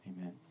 Amen